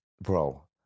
bro